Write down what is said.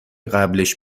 قبلش